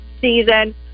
season